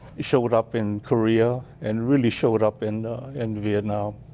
showed up in korea and really showed up in in vietnam.